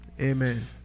Amen